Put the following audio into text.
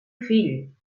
fill